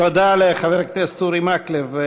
תודה לחבר הכנסת אורי מקלב.